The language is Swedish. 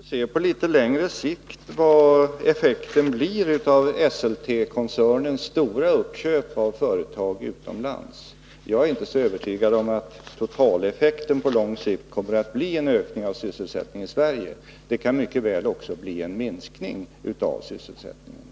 Herr talman! Vi får väl på litet längre sikt se vad effekten av Esseltekoncernens stora uppköp av företag utomlands blir. Jag är inte så övertygad om att totaleffekten på lång sikt kommer att bli en ökning av sysselsättningen i Sverige. Den kan mycket väl också bli en minskning av sysselsättningen.